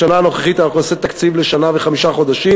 בשנה הנוכחית אנחנו נעשה תקציב לשנה וחמישה חודשים,